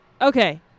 Okay